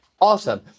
Awesome